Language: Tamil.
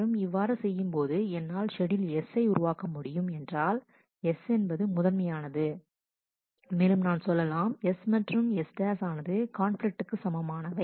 மற்றும் இவ்வாறு செய்யும் போது என்னால் ஷெட்யூல் S யை உருவாக்க முடியும் என்றால் S என்பது முதன்மையானது மேலும் நான் சொல்லலாம் S மற்றும் S' ஆனது கான்பிலிக்ட்க்கு சமமானவை